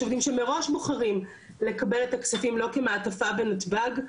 יש עובדים שמראש בוחרים לקבל את הכספים לא כמעטפה בנתב"ג,